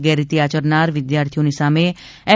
ગેરરીતી આચનાર જ વિદ્યાર્થીઓની સામે એફ